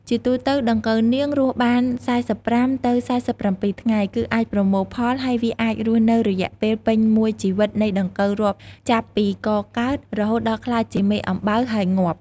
ជាទូទៅដង្កូវនាងរស់បាន៤៥ ទៅ៤៧ថ្ងៃ គឺអាចប្រមូលផល ហើយវាអាចរស់នៅរយៈពេលពេញមួយជីវិតនៃដង្កូវរាប់ចាប់ពីកកើត រហូតដល់ក្លាយជាមេអំបៅ ហើយងាប់។